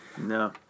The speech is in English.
No